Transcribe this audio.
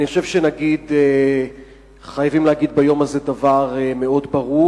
אני חושב שחייבים להגיד ביום הזה דבר מאוד ברור: